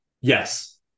Yes